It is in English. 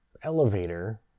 elevator